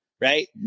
right